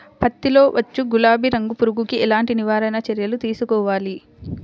పత్తిలో వచ్చు గులాబీ రంగు పురుగుకి ఎలాంటి నివారణ చర్యలు తీసుకోవాలి?